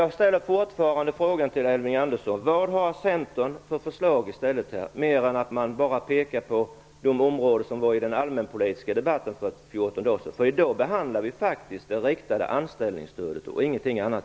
Jag ställer fortfarande frågan till Elving Andersson: Vad har Centern för förslag i stället, mer än att man bara pekar på de områden som nämndes i den allmänpolitiska debatten för fjorton dagar sedan? I dag behandlar vi faktiskt i kammaren det riktade anställningsstödet och ingenting annat.